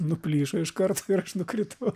nuplyšo iš karto ir aš nukritau